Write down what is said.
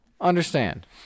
understand